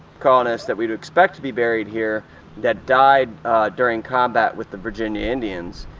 colonists that we'd expect to be buried here that died during combat with the virginia indians,